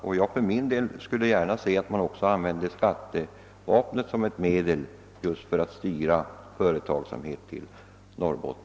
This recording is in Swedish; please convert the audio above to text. Och för min del skulle jag gärna se att man använde skattevapnet såsom ett medel för att styra företagsamheten till Norrbotten.